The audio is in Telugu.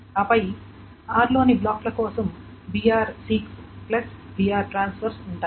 ఆపై r లోని బ్లాక్ల కోసం br seeks plus br transfers ఉన్నాయి